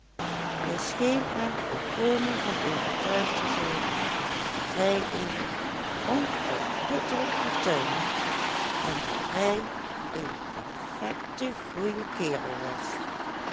hij scheen er volkomen van overtuigd te zijn dat hij een onuitputtelijk fortuin had en dat hij een perfecte goeie kerel was